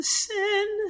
sin